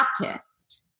Baptist